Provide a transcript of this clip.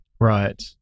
Right